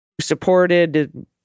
supported